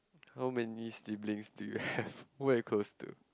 how many siblings do you have who are you close to